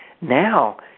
now